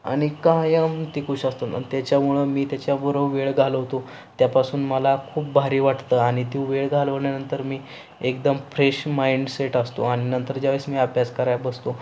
आणि कायम ती खूश असतं आणि त्याच्यामुळं मी त्याच्याबरो वेळ घालवतो त्यापासून मला खूप भारी वाटतं आणि ती वेळ घालवल्यानंतर मी एकदम फ्रेश माइंडसेट असतो आणि नंतर ज्यावेळेस मी अभ्यास करायला बसतो